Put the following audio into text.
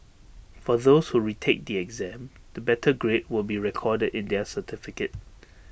for those who retake the exam the better grade will be recorded in their certificate